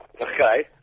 Okay